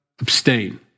abstain